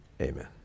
amen